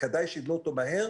וכדאי שיבנו אותו מהר,